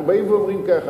אנחנו אומרים ככה,